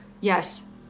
yes